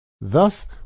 Thus